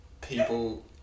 people